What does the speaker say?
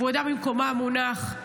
כבודה במקומו מונח,